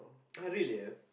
!huh! really